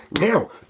now